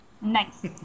Nice